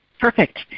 Perfect